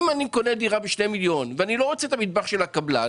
אם אני קונה דירה ב-2 מיליון ₪ ואני לא רוצה את המטבח של הקבלן